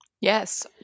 Yes